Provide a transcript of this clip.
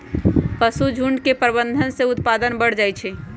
पशुझुण्ड के प्रबंधन से उत्पादन बढ़ जाइ छइ